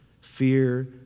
fear